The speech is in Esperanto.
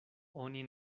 oni